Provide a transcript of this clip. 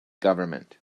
government